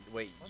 Wait